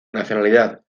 nacionalidad